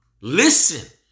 Listen